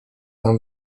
nam